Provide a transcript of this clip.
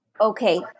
Okay